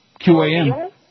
QAM